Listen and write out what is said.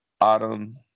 Autumn